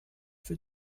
für